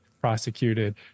prosecuted